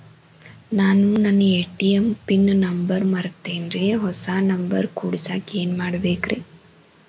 ನಾನು ನನ್ನ ATM pin number ಮರ್ತೇನ್ರಿ, ಹೊಸಾ ನಂಬರ್ ಕುಡಸಾಕ್ ಏನ್ ಮಾಡ್ಬೇಕ್ರಿ?